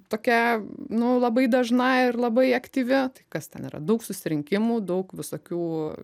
tokia nu labai dažna ir labai aktyvi tai kas ten yra daug susirinkimų daug visokių